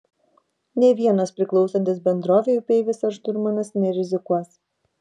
nė vienas priklausantis bendrovei upeivis ar šturmanas nerizikuos